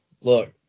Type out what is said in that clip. look